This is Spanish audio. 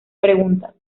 preguntas